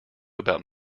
about